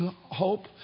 hope